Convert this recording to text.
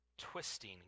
twisting